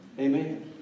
Amen